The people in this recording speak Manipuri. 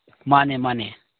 ꯃꯥꯅꯦ ꯃꯥꯅꯦ